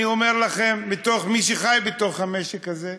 אני אומר לכם בתור מי שחי בתוך המשק הזה,